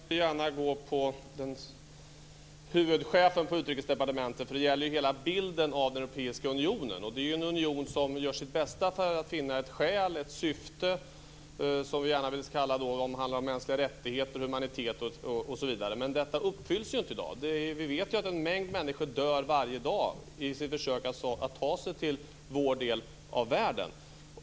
Fru talman! Jag vill gärna gå på huvudchefen för Utrikesdepartementet, för det gäller hela bilden av Europeiska unionen. Det är en union som gör sitt bästa för att finna ett syfte, som vi gärna vill kalla mänskliga rättigheter, humanitet osv. Men detta uppfylls inte i dag. Vi vet att en mängd människor dör varje dag i sina försök att ta sig till vår del av världen.